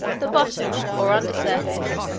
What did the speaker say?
the bottom, or under surface,